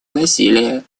насилие